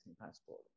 passport